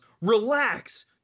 relax